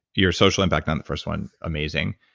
your social impact on the first one, amazing.